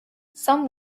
some